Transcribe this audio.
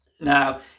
Now